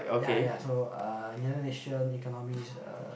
ya ya so uh United Nations Economies uh